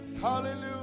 Hallelujah